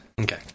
Okay